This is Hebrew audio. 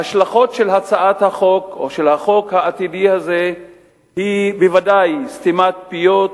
ההשלכות של הצעת החוק או של החוק העתידי הזה הן בוודאי סתימת פיות,